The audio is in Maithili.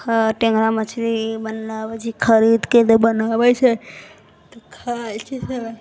टेङ्गरा मछली बनाबै छै खरीदके जे बनाबै छै तऽ खाइ छै सब